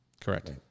Correct